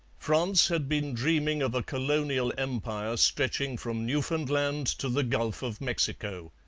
france had been dreaming of a colonial empire stretching from newfoundland to the gulf of mexico.